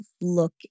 look